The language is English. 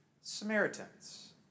Samaritans